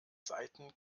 seiten